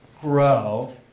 grow